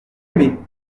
aimé